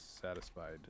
satisfied